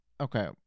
Okay